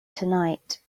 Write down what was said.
tonight